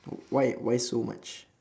why why so much